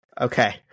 Okay